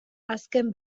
azken